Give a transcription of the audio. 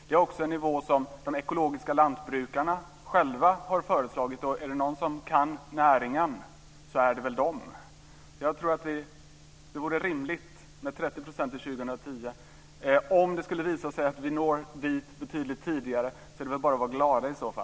Det är också en nivå som de ekologiska lantbrukarna själva har föreslagit, och är det någon som kan näringen så är det väl de. Jag tror att det vore rimligt med 30 % till år 2010. Om det skulle visa sig att vi når dit betydligt tidigare så är det väl bara att vara glad.